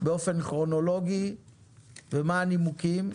באופן כרונולוגי ומה הנימוקים.